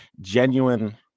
genuine